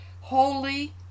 Holy